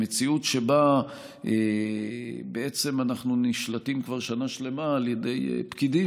המציאות שבה בעצם אנחנו נשלטים כבר שנה שלמה על ידי פקידים,